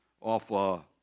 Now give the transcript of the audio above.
off